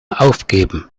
aufgeben